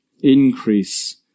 increase